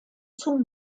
zum